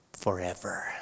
forever